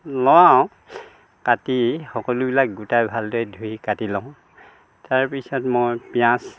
লওঁ আৰু কাটি সকলোবিলাক গোটাই ভালদৰে ধুই কাটি লওঁ তাৰপিছত মই পিঁয়াজ